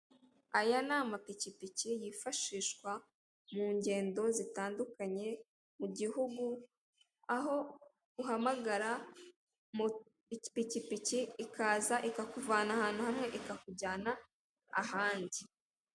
Aya ni amapikipiki yifashishwa mu ngendo zitandukanye mu gihugu, aho uhamagara ipikipiki ikaza, ikakuvana ahantu hamwe, ikakujyana ahandi.